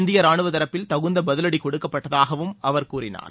இந்திய ராணுவ தரப்பில் தகுந்த பதிவடி கொடுக்கப்பட்டதாகவும் அவர் கூறினார்